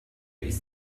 ist